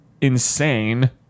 insane